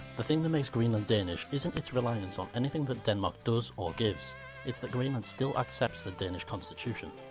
the thing that makes greenland danish isn't its reliance on anything but denmark does or gives it's that greenland still accepts the danish constitution.